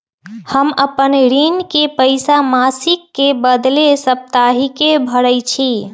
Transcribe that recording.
हम अपन ऋण के पइसा मासिक के बदले साप्ताहिके भरई छी